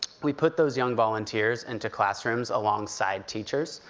we put those young volunteers into classrooms alongside teachers.